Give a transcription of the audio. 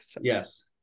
Yes